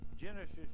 Genesis